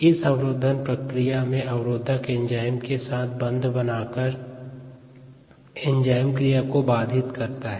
इस अवरोधन प्रक्रिया में अवरोधक एंजाइम के साथ बंध बनाकर एंजाइम क्रिया को बाधित करता है